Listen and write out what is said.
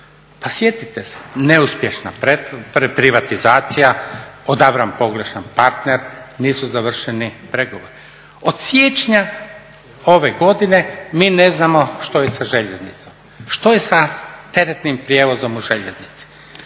sjetite se, neuspješna privatizacija, odabran pogrešan partner, nisu završeni pregovori. Od siječnja ove godine mi ne znamo što je sa željeznicom, što je sa teretnim prijevozom u željeznici